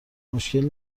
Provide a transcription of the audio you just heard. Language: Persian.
مشکلی